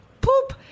Poop